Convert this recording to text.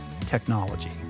technology